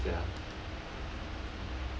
fifty sia